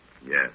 Yes